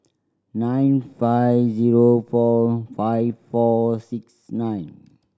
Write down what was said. nine five zero four five four six nine